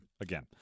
again